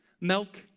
Milk